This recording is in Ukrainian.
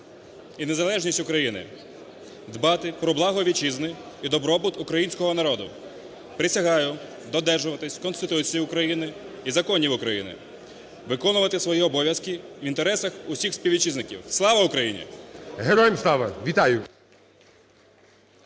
і незалежність України, дбати про благо Вітчизни і добробут українського народу. Присягаю додержуватися Конституції України і законів України. Виконувати свої обов'язки в інтересах усіх співвітчизників. Слава Україні! ГОЛОВУЮЧИЙ. Героям Слава! Вітаю.